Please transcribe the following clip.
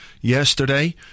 yesterday